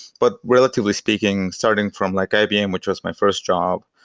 but relatively speaking, starting from like ibm, which was my first job,